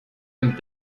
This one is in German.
dem